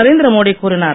நரேந்திர மோடி கூறினார்